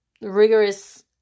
rigorous